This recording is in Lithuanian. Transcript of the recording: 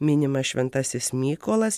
minimas šventasis mykolas